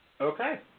Okay